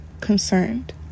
concerned